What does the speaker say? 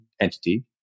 entity